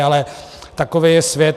Ale takový je svět.